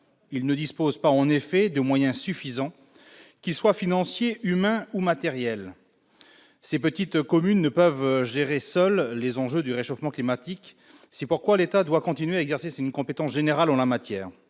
Ils ne disposent en effet pas de moyens suffisants, qu'ils soient financiers, humains ou matériels. Ces petites communes ne peuvent gérer seules les enjeux du réchauffement climatique. C'est pourquoi l'État doit continuer à exercer une compétence générale en la matière.